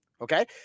okay